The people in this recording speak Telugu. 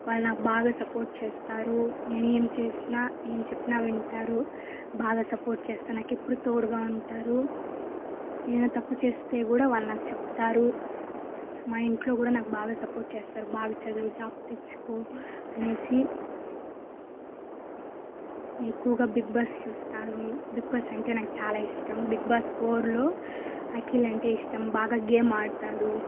వాళ్లు నాకు బాగా సపోర్ట్ చేస్తారు నేనేం చేసినా ఏం చెప్పినా వింటారు బాగా సపోర్ట్ చేస్తా నాకు ఎప్పుడు తోడుగా ఉంటారు ఏదో తప్పు చేస్తే కూడా వాళ్ళు నాకు చెప్తారు మా ఇంట్లో కూడా నాకు బాగా సపోర్ట్ చేస్తారు బాగా చదివి జాబ్ తెచ్చుకో అనేసి నేను ఎక్కువగా బిగ్ బాస్ చూస్తాను బిగ్ బాస్ అంటే నాకు చాలా ఇష్టం బిగ్ బాస్ ఫోర్లో అఖిల్ అంటే ఇష్టం బాగా గేమ్ ఆడుతాడు